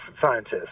scientists